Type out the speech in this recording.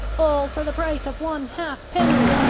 all for the price of one halfpenny.